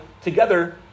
together